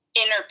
Inner